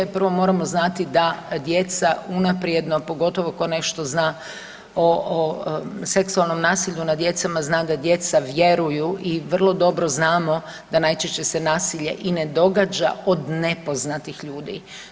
Prvo moramo znati da djeca unaprijedno pogotovo tko nešto zna o seksualnom nasilju nad djecom zna da djeca vjeruju i vrlo dobro znamo da najčešće se nasilje i ne događa od nepoznatih ljudi.